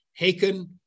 Haken